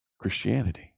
Christianity